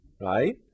right